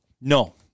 No